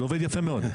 זה עובד יפה מאוד.